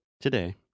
today